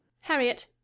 harriet